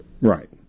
Right